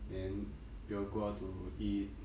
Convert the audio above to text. then we'll go out to eat